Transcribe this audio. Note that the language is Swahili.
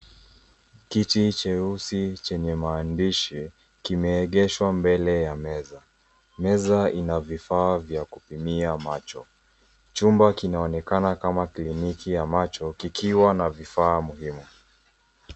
Kiti cheusi chenye maandishi kimeegeshwa mbele ya meza. Meza ina vifaa vya kupimia macho. Chumba kinaonekana kama kliniki ya macho kikiwa na vifaa muhimu.